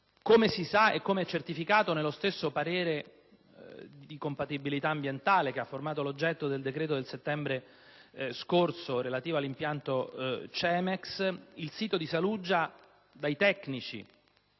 Come si sa e come è certificato nello stesso parere di compatibilità ambientale che ha formato oggetto del decreto del settembre scorso relativo all'impianto Cemex, il sito di Saluggia è stato